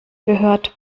gehört